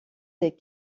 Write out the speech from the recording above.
des